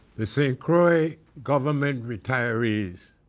st. croix government retirees